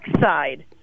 side